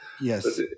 Yes